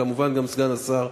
כמובן גם סגן השר,